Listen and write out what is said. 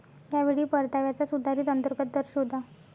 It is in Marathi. या वेळी परताव्याचा सुधारित अंतर्गत दर शोधा